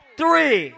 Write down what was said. three